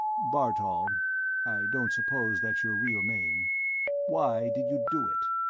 bartol i don't suppose that's your real name why did you do it?